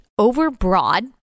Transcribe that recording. overbroad